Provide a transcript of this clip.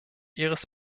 ihres